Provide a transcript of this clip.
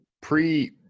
pre